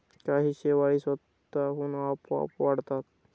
काही शेवाळी स्वतःहून आपोआप वाढतात